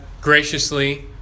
graciously